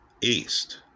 East